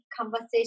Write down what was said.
conversation